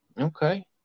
Okay